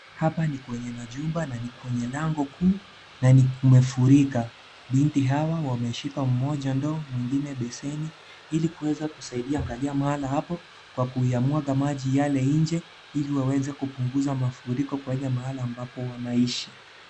Hapa ni kwenye majumba na ni kwenye lango kuu na kumefurika. Binti hawa wameshika mmoja ndoo, mwingine beseni ili kuweza kusaidia katika mahala hapo kwa kuyamwaga maji yale inje, ili waweze kupunguza mafuriko kwenye mahala ambapo wanaishi.